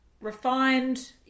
refined